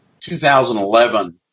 2011